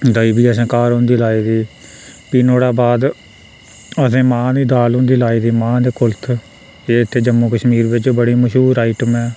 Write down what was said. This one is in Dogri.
दाल बी असें घर होंदी लाई दी फ्ही नहाड़े बाद असें मांह् दी दाल होंदी लाई दी माह् ते कुल्थ एह् ते जम्मू कश्मीर बिच्च बडी मश्हूर आइटम ऐ